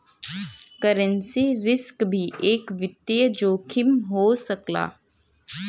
currency risk भी एक वित्तीय जोखिम हो सकला